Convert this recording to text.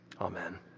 Amen